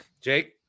Jake